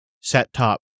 set-top